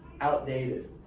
outdated